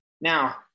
Now